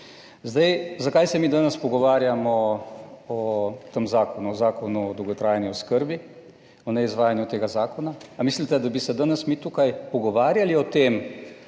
tem. Zakaj se mi danes pogovarjamo o tem zakonu, o Zakonu o dolgotrajni oskrbi, o neizvajanju tega zakona? Ali mislite, da bi se danes mi tukaj pogovarjali o tem,